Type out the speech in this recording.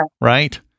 Right